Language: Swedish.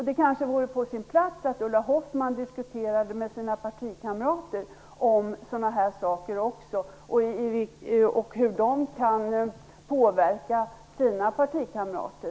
Det kanske vore på sin plats att Ulla Hoffmann diskuterade med sina partikamrater om sådana här saker och hur de kan påverka sina partikamrater.